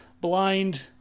blind